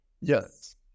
Yes